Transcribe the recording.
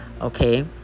okay